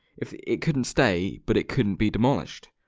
if it couldn't stay, but it couldn't be demolished?